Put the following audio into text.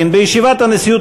בנשיאות